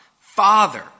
Father